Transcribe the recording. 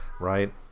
Right